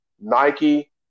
Nike